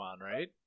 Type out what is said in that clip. right